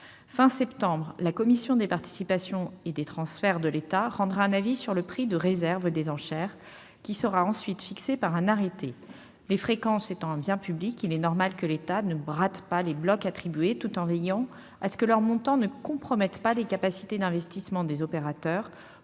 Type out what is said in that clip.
Fin septembre, la Commission des participations et des transferts de l'État rendra un avis sur le prix de réserve des enchères, qui sera ensuite déterminé par arrêté. Les fréquences étant un bien public, il est normal que l'État ne brade pas les blocs attribués, tout en veillant à ce que leur montant ne compromette pas les capacités d'investissement des opérateurs